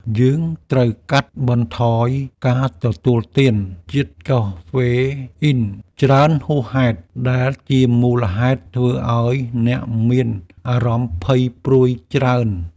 យើងត្រូវកាត់បន្ថយការទទួលទានជាតិកាហ្វេអ៊ីនច្រើនហួសហេតុ ដែលជាមូលហេតុធ្វើឱ្យអ្នកមានអារម្មណ៍ភ័យព្រួយច្រើន។